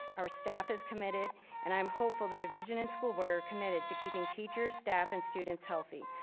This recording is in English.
our staff is committed and i'm hopeful the division and school board are committed to keeping teachers, staff, and students healthy.